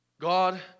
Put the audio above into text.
God